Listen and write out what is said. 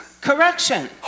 Correction